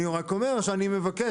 אני רק אומר שאני מבקש,